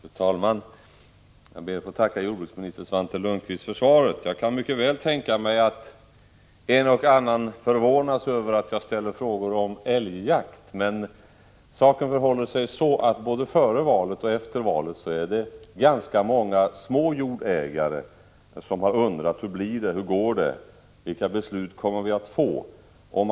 Fru talman! Jag ber att få tacka jordbruksminister Svante Lundkvist för svaret. Jag kan mycket väl tänka mig att en och annan förvånas över att jag ställer frågor om älgjakt. Men saken förhåller sig så, att ganska många små jordägare både före valet och efter valet undrade hur det blir och vilka beslut som kommer att fattas.